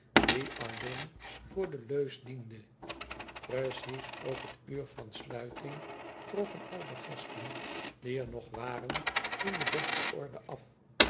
die alleen voor de leus diende precies op het uur van sluiting trokken al de gasten die er nog waren in de beste orde af